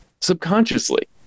subconsciously